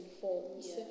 forms